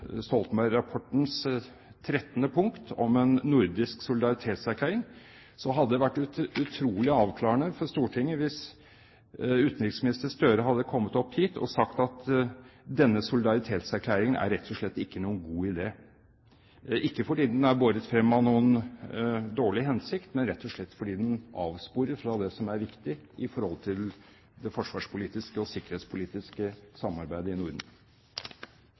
punkt om en nordisk solidaritetserklæring, hadde det vært utrolig avklarende for Stortinget om utenriksminister Gahr Støre hadde kommet opp hit og sagt at denne solidaritetserklæringen rett og slett ikke er noen god idé, ikke fordi den er båret frem av noen dårlig hensikt, men rett og slett fordi den avsporer fra det som er viktig i det forsvarspolitiske og sikkerhetspolitiske samarbeidet i Norden.